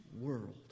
world